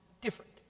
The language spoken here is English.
different